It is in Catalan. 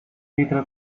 vidre